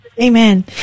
Amen